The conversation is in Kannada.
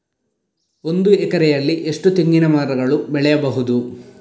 ಒಂದು ಎಕರೆಯಲ್ಲಿ ಎಷ್ಟು ತೆಂಗಿನಮರಗಳು ಬೆಳೆಯಬಹುದು?